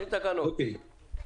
אוקיי.